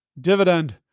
dividend